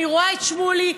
אני רואה את שמולי,